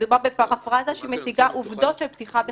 מדובר בפרפראזה שמציגה עובדות של פתיחה בחקירה.